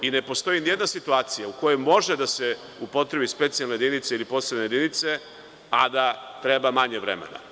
Ne postoji ni jedna situacija u kojoj može da se upotrebi specijalna jedinica ili posebne jedinice a da treba manje vremena.